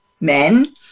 men